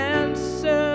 answer